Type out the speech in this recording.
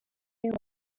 ngo